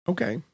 Okay